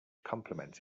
compliment